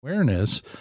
Awareness